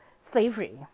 slavery